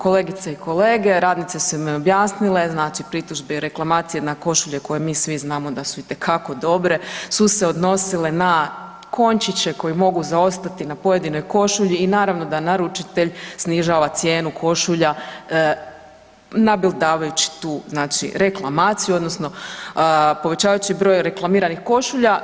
Kolegice i kolege, radnice su mi objasnile, znači pritužbe i reklamacije na košulje koje mi svi znamo da su itekako dobre su se odnosile na končiće koji mogu zaostati na pojedinoj košulji i naravno da naručitelj snižava cijenu košulja nabildavajući tu znači reklamaciju odnosno povećavajući broj reklamiranih košulja.